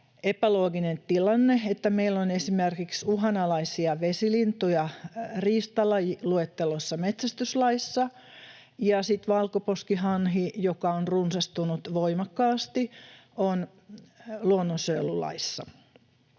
epälooginen tilanne, että meillä on esimerkiksi uhanalaisia vesilintuja riistalajiluettelossa metsästyslaissa ja sitten valkoposkihanhi, joka on runsastunut voimakkaasti, on luonnonsuojelulaissa.